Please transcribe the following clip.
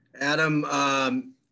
Adam